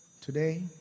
today